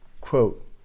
quote